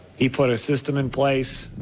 he put our system in place,